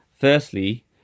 firstly